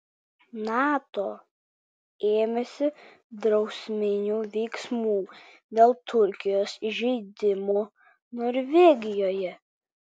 nato ėmėsi drausminių veiksmų dėl turkijos įžeidimo norvegijoje